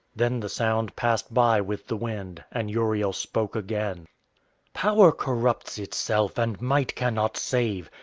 then the sound passed by with the wind, and uriel spoke again power corrupts itself, and might cannot save.